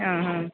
ആ ഹാ